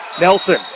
Nelson